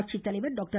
ஆட்சித்தலைவர் டாக்டர்